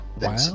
Wow